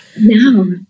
No